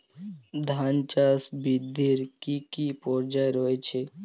ধান চাষ বৃদ্ধির কী কী পর্যায় রয়েছে?